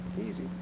Easy